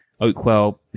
Oakwell